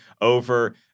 over